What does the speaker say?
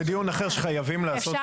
זה דיון אחר שחייבים לעשות אותו.